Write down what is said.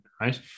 right